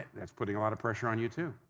that's putting a lot of pressure on you too.